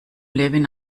levin